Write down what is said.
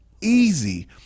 easy